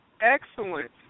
excellent